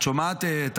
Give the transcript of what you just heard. את שומעת,